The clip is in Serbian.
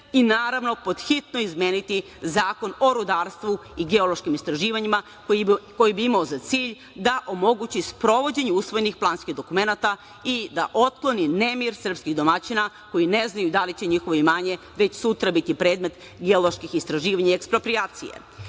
i naravno podhitno izmeniti Zakon o rudarstvu i geološkim istraživanjima, koji bi imao za cilj da omogući sprovođenje usvojenih planskih dokumenata i da otkloni nemir srpskih domaćina koji ne znaju da li će njihovo imanje već sutra biti predmet geoloških istraživanja i eksproprijacije. Cilj